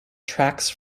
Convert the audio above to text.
tracks